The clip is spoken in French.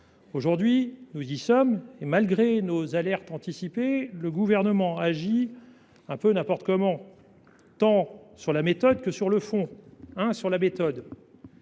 à plusieurs reprises. Malgré nos alertes anticipées, le Gouvernement agit un peu n’importe comment, tant sur la méthode que sur le fond. Sur la méthode,